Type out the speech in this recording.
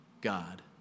God